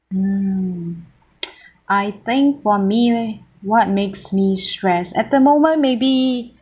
um I think for me what makes me stressed at the moment maybe